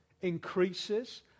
increases